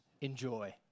Enjoy